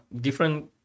different